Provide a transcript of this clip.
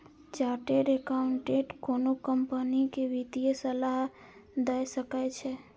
chartered accountant कोनो company कें वित्तीय सलाह दए सकै छै